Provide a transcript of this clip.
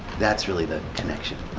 that's really the connection